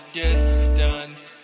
distance